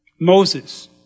Moses